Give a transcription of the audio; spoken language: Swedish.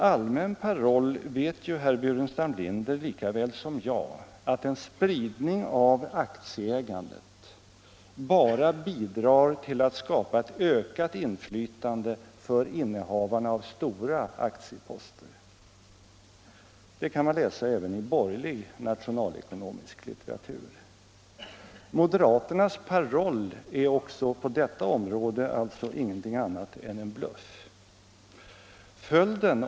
Herr Burenstam Linder vet lika väl som jag att en spridning av aktieägandet rent allmänt bara bidrar till att skapa ett ökat inflytande för innehavarna av stora aktieposter. Det kan man läsa även i borgerlig nationalekonomisk litteratur. Moderaternas paroll också på detta område är ingenting annat än en bluff.